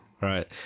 right